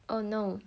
oh no